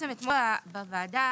אתמול בוועדה